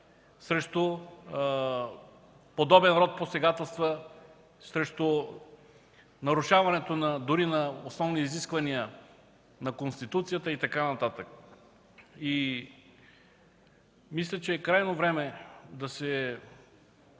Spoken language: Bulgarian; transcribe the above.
срещу подобен род посегателства, срещу нарушаването дори на основни изисквания на Конституцията. Мисля, че е крайно време,